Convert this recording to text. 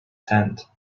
tent